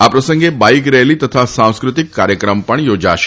આ પ્રસંગે bike rally તથા સાંસ્કૃતિક કાર્યક્રમ પણ યોજાશે